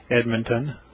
Edmonton